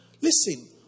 Listen